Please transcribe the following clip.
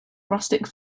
rustic